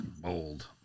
bold